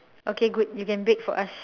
okay good you can bake for us